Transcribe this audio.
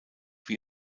wie